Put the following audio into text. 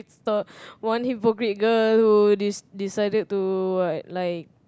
uh one hypocrite girl who de~ decided to like like